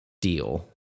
deal